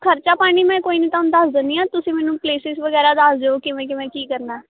ਖਰਚਾ ਪਾਣੀ ਮੈਂ ਕੋਈ ਨਹੀਂ ਤੁਹਾਨੂੰ ਦੱਸ ਦਿੰਦੀ ਹਾਂ ਤੁਸੀਂ ਮੈਨੂੰ ਪਲੇਸਿਸ ਵਗੈਰਾ ਦੱਸ ਦਿਓ ਕਿਵੇ ਕਿਵੇਂ ਕੀ ਕਰਨਾ